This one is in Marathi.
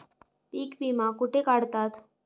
पीक विमा कुठे काढतात?